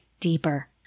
deeper